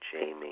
Jamie